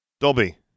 Dobby